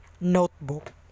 notebook